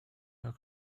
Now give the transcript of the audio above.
her